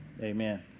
amen